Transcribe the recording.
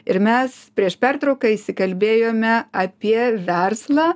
ir mes prieš pertrauką įsikalbėjome apie verslą